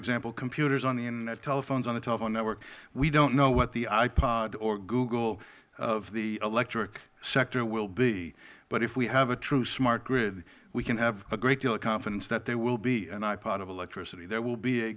example computers on the internet telephones on the telephone network we don't know what the ipod or google of the electric sector will be but if we have a true smart grid we can have a great deal of confidence that there will be an ipod of electricity there will be a